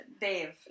Dave